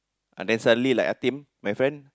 ah then suddenly like Atim my friend